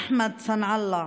אחמד סנעאללה